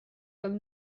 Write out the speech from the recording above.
comme